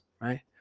right